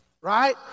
right